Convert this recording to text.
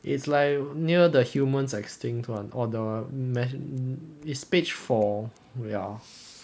it's like near the humans extinct [one] or the man is page four ya